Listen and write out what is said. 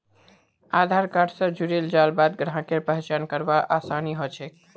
आधार card स जुड़ेल जाल बाद ग्राहकेर पहचान करवार आसानी ह छेक